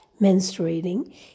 menstruating